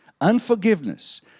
Unforgiveness